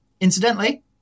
Incidentally